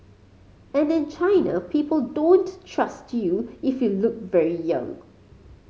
and in China people don't trust you if you look very young